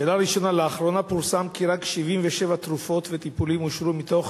שאלה ראשונה: לאחרונה פורסם כי רק 77 תרופות וטיפולים אושרו מתוך